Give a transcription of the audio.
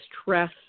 stress